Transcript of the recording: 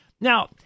now